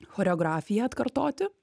choreografiją atkartoti